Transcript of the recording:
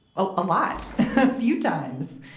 ah a lot. a few times,